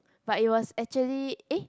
but it was actually eh